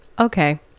Okay